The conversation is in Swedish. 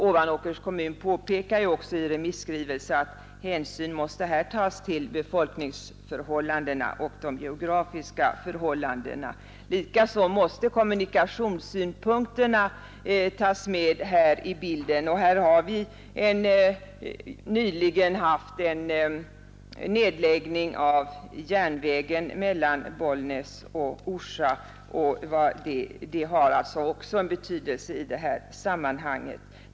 Ovanåkers kommun påpekar också i en remisskrivelse att hänsyn måste tas till befolkningsförhållandena och till de geografiska förhållandena. Likaså måste kommunikationssynpunkterna beaktas. Det har nyligen genomförts en nedläggning av järnvägen mellan Bollnäs och Orsa, med allt vad det innebär av negativa effekter.